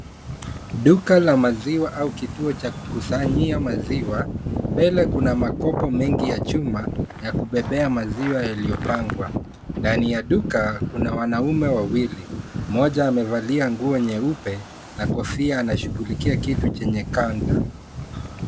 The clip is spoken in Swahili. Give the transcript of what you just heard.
Duka la maziwa au kituo cha kukusanyia maziwa mbele kuna makopo mengi ya chuma ya kubebea maziwa yaliyopangwa. Ndani ya duka kuna wanaume wawili mmoja amevalia nguo nyeupe na kofia anashughulikia kitu chenye kanda.